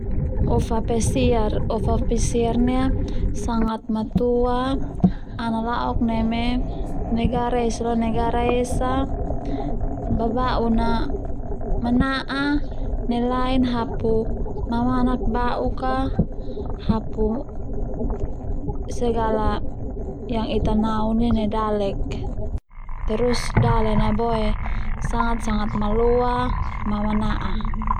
Ofa pasiar ndia sangat matua ana la'ok neme negara esa lo negara esa babaun mana'a nai lain hapu mamanak bauk a hapu segala yang Ita nau ndia nai dalek terus dalen a boe sangat-sangat maloa ma mana'a.